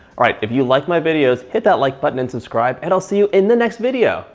alright, if you like my videos, hit that like button and subscribe and i'll see you in the next video.